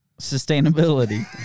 Sustainability